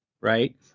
right